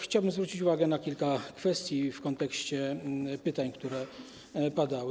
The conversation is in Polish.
Chciałbym zwrócić uwagę na kilka kwestii w kontekście pytań, które padały.